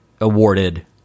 awarded